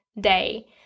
day